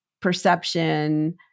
perception